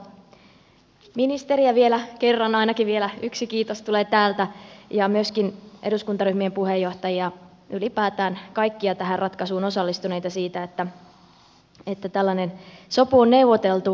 täytyy onnitella ministeriä vielä kerran ainakin vielä yksi kiitos tulee täältä ja myöskin eduskuntaryhmien puheenjohtajia ylipäätään kaikkia tähän ratkaisuun osallistuneita siitä että tällainen sopu on neuvoteltu